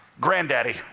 Granddaddy